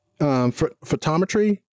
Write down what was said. photometry